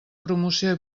promoció